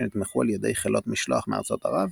שנתמכו על ידי חילות משלוח מארצות ערב,